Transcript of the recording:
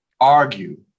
argue